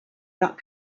not